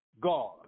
god